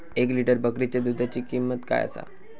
एक लिटर बकरीच्या दुधाची किंमत काय आसा?